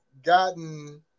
gotten